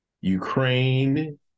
Ukraine